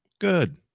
Good